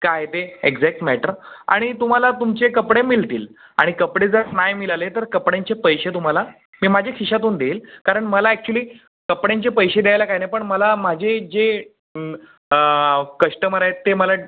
काय आहे ते एक्झॅक्ट मॅटर आणि तुम्हाला तुमचे कपडे मिळतील आणि कपडे जर नाही मिळाले तर कपड्यांचे पैसे तुम्हाला मी माझ्या खिशातून देईन कारण मला अॅक्च्युअली कपड्यांचे पैसे द्यायला काही नाही पण मला माझे जे कश्टमर आहेत ते मला